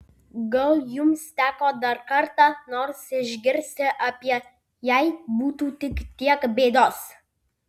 gal jums teko dar ką nors išgirsti apie jei būtų tik tiek bėdos